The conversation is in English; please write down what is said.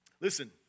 Listen